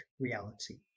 reality